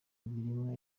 ibiremwa